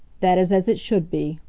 that is as it should be.